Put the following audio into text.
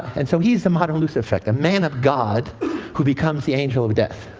and so, he's the modern lucifer effect, a man of god who becomes the angel of death.